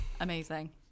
amazing